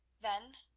then,